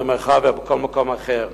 במרחביה או בכל מקום אחר.